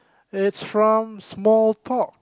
it's from small talk